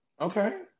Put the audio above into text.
Okay